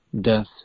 death